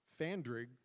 Fandrig